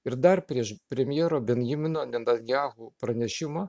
ir dar prieš premjero benjamino netanjahu pranešimą